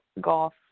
golf